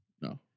No